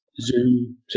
zoom